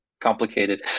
complicated